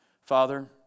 Father